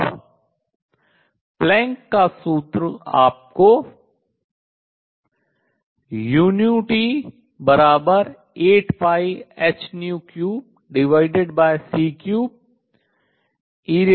और प्लैंक का सूत्र आपको uT 8πh3c3ehνkT 1 देता है